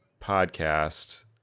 podcast